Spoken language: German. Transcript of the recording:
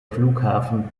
flughafen